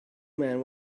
man